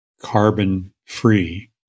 carbon-free